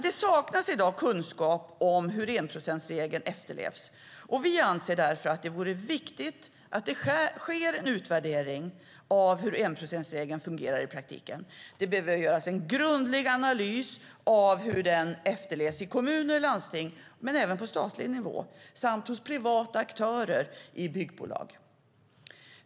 Det saknas i dag kunskap om hur enprocentsregeln efterlevs. Vi anser därför att det vore viktigt att det gjordes en utvärdering av hur enprocentsregeln fungerar i praktiken. Det behöver göras en grundlig analys av hur regeln efterlevs av kommuner och landsting men även av staten och av privata aktörer i form av byggbolag.